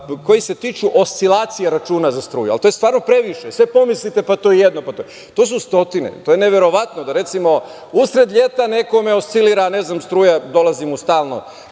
koje se tiču oscilacije računa za struju. To je stvarno previše. Sve pomislite, pa to je jedno… To su stotine. To je neverovatno da, recimo, usred leta nekome oscilira, ne znam, struja mu stalno